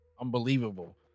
unbelievable